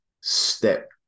step